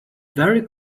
very